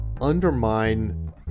undermine